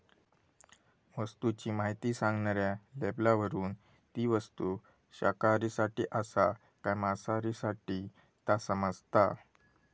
वस्तूची म्हायती सांगणाऱ्या लेबलावरून ती वस्तू शाकाहारींसाठी आसा काय मांसाहारींसाठी ता समाजता